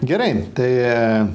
gerai tai